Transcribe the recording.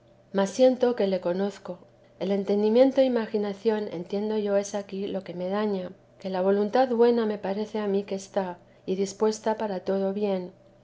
siento que le conozco el entendimiento e imaginación entiendo yo es aquí lo que me daña que la voluntad buena me parece a mí que está y dispuesta para todo bien